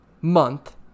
month